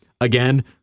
Again